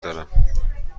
دارم